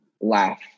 laugh